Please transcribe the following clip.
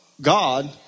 God